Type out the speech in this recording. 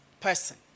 person